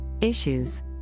Issues